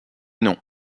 non